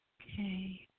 Okay